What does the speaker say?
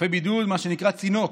מה שנקרא צינוק.